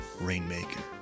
rainmaker